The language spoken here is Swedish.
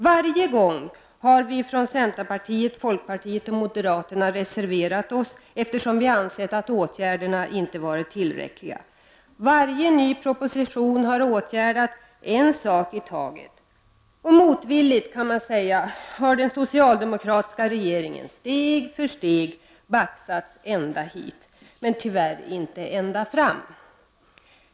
Varje gång har vi från centerpartiet, folkpartiet och moderaterna reserverat oss, eftersom vi ansett att åtgärderna inte har varit tillräckliga. I varje ny proposition har man åtgärdat en sak i taget. Motvilligt, kan man säga, har den socialdemokratiska regeringen steg för steg baxats ända hit, men tyvärr inte ända fram!